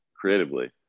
creatively